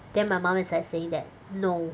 then my mom is like saying that no